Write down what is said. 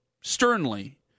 sternly